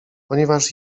ponieważ